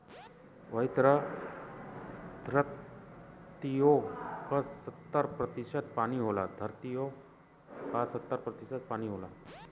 वही तरह द्धरतिओ का सत्तर प्रतिशत पानी हउए